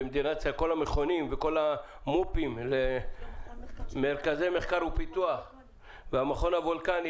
כל המכונים וכל המו"פים למרכזי מחקר ופיתוח והמכון הוולקני,